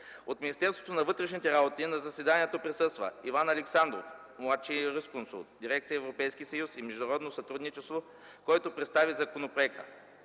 От Министерството на вътрешните работи на заседанието присъства Иван Александров – младши юрисконсулт в дирекция „Европейски съюз и международно сътрудничество”, който представи законопроекта.